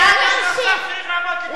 אין לך מקום בכנסת.